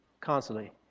constantly